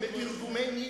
שאין אומה פלסטינית.